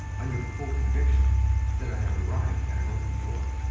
under the full conviction that i have arrived at an open door.